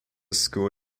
school